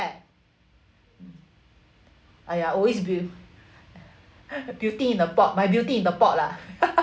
!aiya! always bea~ beauty in a pot my beauty in the pot lah